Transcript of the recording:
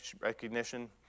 recognition